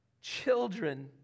children